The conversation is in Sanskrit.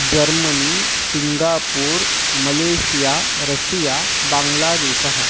Germany Singapore Malaysia Russia बाङ्ग्लादेशः